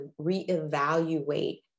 reevaluate